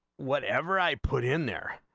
whenever i put in their.